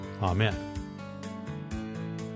Amen